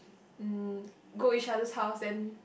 um go each other house then